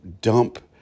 dump